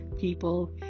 people